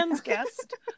guest